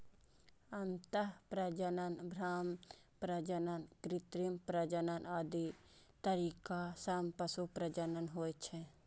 अंतः प्रजनन, बाह्य प्रजनन, कृत्रिम प्रजनन आदि तरीका सं पशु प्रजनन होइ छै